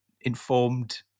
informed